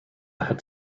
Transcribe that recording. had